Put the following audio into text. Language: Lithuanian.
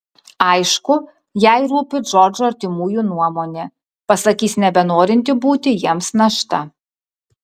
aišku jai rūpi džordžo artimųjų nuomonė pasakys nebenorinti būti jiems našta